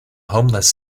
homeless